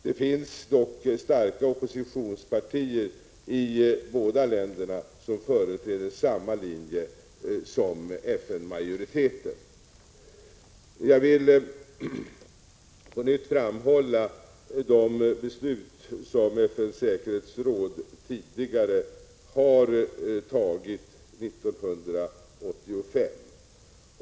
Det finns dock starka oppositionspartier i båda länderna som företräder samma linje som FN-majoriteten. Jag vill på nytt framhålla de beslut som FN:s säkerhetsråd fattade 1985.